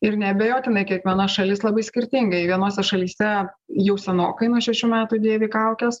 ir neabejotinai kiekviena šalis labai skirtingai vienose šalyse jau senokai nuo šešių metų dėvi kaukes